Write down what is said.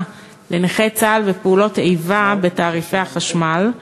לנכי צה"ל ופעולות איבה בתעריפי החשמל.